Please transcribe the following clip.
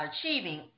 achieving